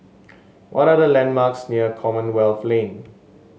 what are the landmarks near Commonwealth Lane